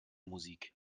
musik